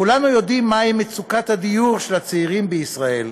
כולנו יודעים מהי מצוקת הדיור של הצעירים בישראל,